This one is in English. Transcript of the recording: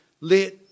Let